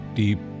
deep